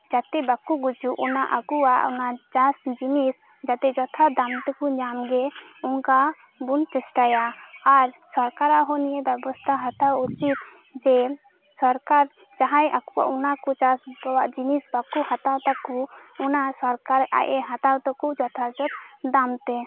ᱡᱟ ᱛᱮ ᱵᱟᱠᱚ ᱜᱩᱡᱩᱜ ᱚᱱᱟ ᱟᱠᱚᱣᱟᱜ ᱚᱱᱟ ᱪᱟᱥ ᱡᱤᱱᱤᱥ ᱡᱟᱛᱮ ᱡᱚᱛᱷᱟᱛ ᱫᱟᱢ ᱛᱮᱠᱚ ᱧᱟᱢ ᱜᱮ ᱚᱱᱠᱟ ᱵᱚᱱ ᱪᱮᱥᱴᱟᱭᱟ ᱟᱨ ᱥᱚᱨᱠᱟᱨᱟᱜ ᱦᱚᱸ ᱱᱤᱭᱟᱹ ᱵᱮᱵᱚᱥᱛᱟ ᱦᱟᱛᱟᱣ ᱩᱪᱤᱛ ᱡᱮ ᱥᱚᱨᱠᱟᱨ ᱡᱟᱦᱟᱸᱭ ᱟᱠᱚ ᱚᱱᱟ ᱠᱚ ᱪᱟᱥ ᱚᱱᱟ ᱪᱟᱥ ᱡᱤᱱᱤᱥᱵᱟᱠᱚ ᱦᱟᱛᱟᱣ ᱛᱟᱠᱳ ᱚᱱᱟ ᱥᱚᱨᱠᱟᱨ ᱟᱡ ᱮ ᱦᱟᱛᱟᱣ ᱛᱟᱠᱳ ᱡᱚᱛᱷᱟ ᱡᱚᱛ ᱫᱟᱢ ᱛᱮ